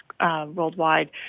worldwide